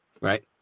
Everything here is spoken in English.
Right